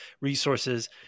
resources